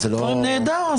נהדר.